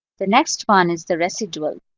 the next one is the residual.